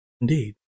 Indeed